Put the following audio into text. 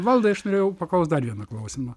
valdai aš norėjau paklaust dar vieną klausimą